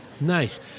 Nice